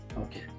Okay